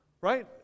right